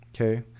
okay